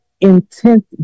intense